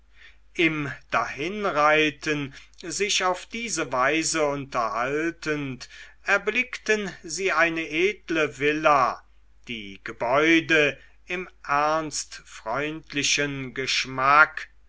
im dahinreiten sich auf diese weise unterhaltend erblickten sie eine edle villa die gebäude im ernst freundlichen geschmack